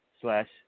slash